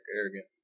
arrogant